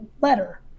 letter